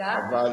אין דבר כזה.